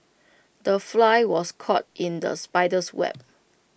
the fly was caught in the spider's web